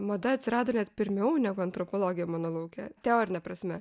mada atsirado net pirmiau negu antropologija mano lauke teorine prasme